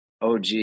OG